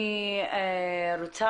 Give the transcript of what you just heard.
אני פשוט